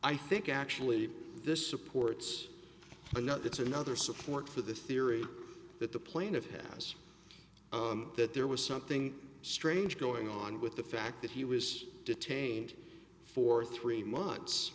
i think actually this supports another it's another support for the theory that the plaintiff has that there was something strange going on with the fact that he was detained for three months